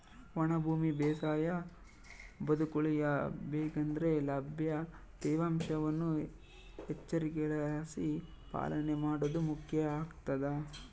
ಒಣ ಭೂಮಿ ಬೇಸಾಯ ಬದುಕುಳಿಯ ಬೇಕಂದ್ರೆ ಲಭ್ಯ ತೇವಾಂಶವನ್ನು ಎಚ್ಚರಿಕೆಲಾಸಿ ಪಾಲನೆ ಮಾಡೋದು ಮುಖ್ಯ ಆಗ್ತದ